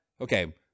okay